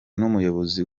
n’umuyobozi